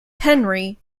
henry